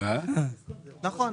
נכון.